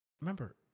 remember